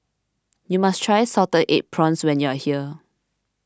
you must try Salted Egg Prawns when you are here